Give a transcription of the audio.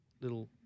little